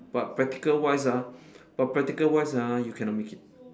but practical wise ah but practical wise ah you cannot make it